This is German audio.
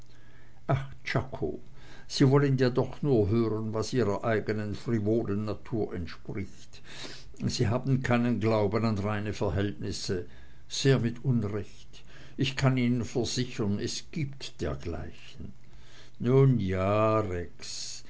ach czako sie wollen ja doch nur hören was ihrer eignen frivolen natur entspricht sie haben keinen glauben an reine verhältnisse sehr mit unrecht ich kann ihnen versichern es gibt dergleichen nun ja